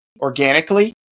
organically